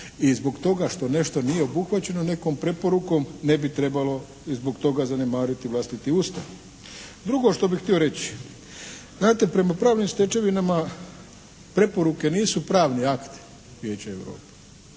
i zbog toga što nešto nije obuhvaćeno nekom preporukom ne bi trebalo zbog toga zanemariti vlastiti Ustav. Drugo što bih htio reći. Znate, prema pravnim stečevinama preporuke nisu pravni akti Vijeća Europe